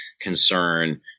concern